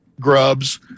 grubs